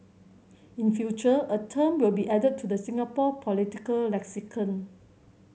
in future a term will be added to the Singapore political lexicon